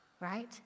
Right